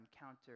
encounter